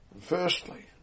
Firstly